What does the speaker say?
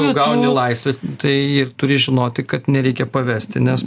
tu gauni laisvę tai ir turi žinoti kad nereikia pavesti nes